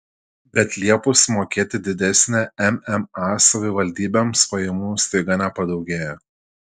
bet liepus mokėti didesnę mma savivaldybėms pajamų staiga nepadaugėja